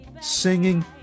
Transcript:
singing